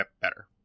better